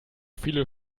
viele